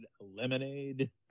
lemonade